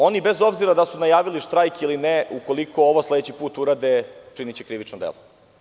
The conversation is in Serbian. Oni, bez obzira da li su najavili štrajk ili ne, ukoliko ovo sledeći put urade, učiniće krivično delo.